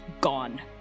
gone